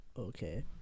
okay